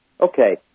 Okay